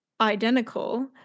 identical